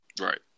Right